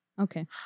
Okay